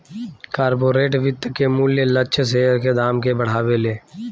corporate वित्त के मूल्य लक्ष्य शेयर के दाम के बढ़ावेले